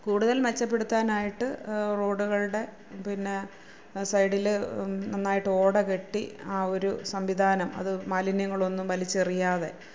കൂടുതല് മെച്ചപ്പെടുത്താനായിട്ട് റോഡുകളുടെ പിന്നെ സൈഡിൽ നന്നായിട്ട് ഓട കെട്ടി ആ ഒരു സംവിധാനം അതു മാലിന്യങ്ങളൊന്നും വലിച്ചെറിയാതെ